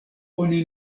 oni